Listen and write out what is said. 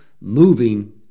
moving